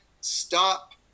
stop